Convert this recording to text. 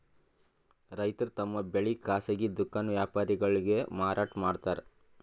ರೈತರ್ ತಮ್ ಬೆಳಿ ಖಾಸಗಿ ದುಖಾನ್ ವ್ಯಾಪಾರಿಗೊಳಿಗ್ ಮಾರಾಟ್ ಮಾಡ್ತಾರ್